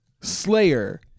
Slayer